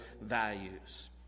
values